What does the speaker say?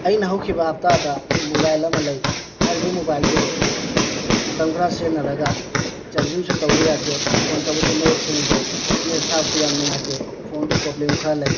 ꯑꯩꯅ ꯍꯧꯈꯤꯕ ꯍꯞꯇꯥꯗ ꯃꯣꯕꯥꯏꯜ ꯑꯃ ꯂꯩ ꯍꯥꯏꯔꯤꯕ ꯃꯣꯕꯥꯏꯜꯗꯣ ꯃꯇꯝ ꯈꯔ ꯁꯤꯖꯤꯟꯅꯔꯒ ꯆꯥꯔꯖꯤꯡꯁꯨ ꯇꯧꯕ ꯌꯥꯗꯦ ꯐꯣꯟ ꯇꯧꯕꯁꯨ ꯃꯌꯦꯛ ꯁꯦꯡꯗꯦ ꯑꯦꯁ ꯑꯦꯝ ꯑꯦꯁ ꯊꯥꯕꯁꯨ ꯌꯥꯝ ꯅꯨꯡꯉꯥꯏꯇꯦ ꯐꯣꯟꯗꯣ ꯄ꯭ꯔꯣꯕ꯭ꯂꯦꯝ ꯈꯔ ꯂꯩ